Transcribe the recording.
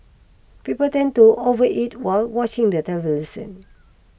people tend to over eat while watching the television